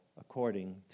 according